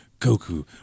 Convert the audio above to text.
Goku